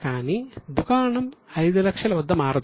కానీ దుకాణం 500000 వద్ద మారదు